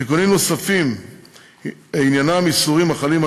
תיקונים נוספים עניינם איסורים החלים על